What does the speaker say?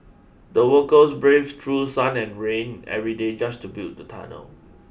the workers braved through sun and rain every day just to build the tunnel